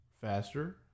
faster